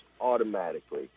automatically